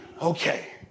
Okay